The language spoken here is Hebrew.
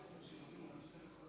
הצבעה.